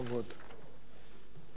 תודה רבה לחבר הכנסת אורי אורבך.